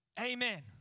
Amen